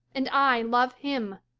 and i love him.